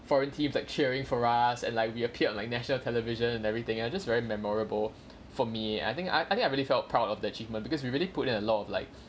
foreign teams like cheering for us and like we appeared like national television and everything are just very memorable for me I think I I think I really felt proud of the achievement because we really put in a lot of like